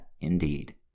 indeed